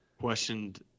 questioned